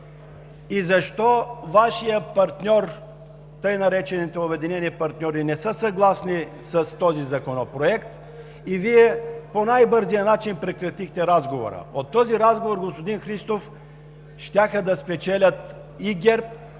и защо Вашият партньор, така наречените „Обединени патриоти“ не са съгласни с този законопроект, и Вие по най-бързия начин прекратихте разговора? От този разговор, господин Христов, щяха да спечелят и ГЕРБ,